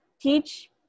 teach